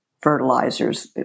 fertilizers